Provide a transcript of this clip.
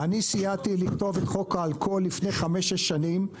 אני סייעתי לכתוב את חוק האלכוהול לפני חמש-שש שנים,